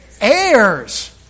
heirs